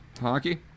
hockey